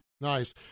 Nice